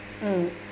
mm